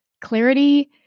Clarity